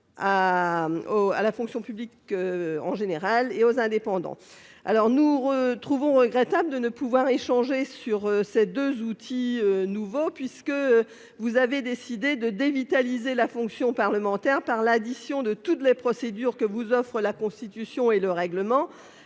à la fonction publique et aux indépendants. Nous trouvons regrettable de ne pouvoir échanger sur ces deux outils nouveaux, puisque vous avez décidé de dévitaliser la fonction parlementaire par l'addition de toutes les procédures que vous offrent la Constitution et le règlement.